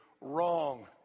Wrong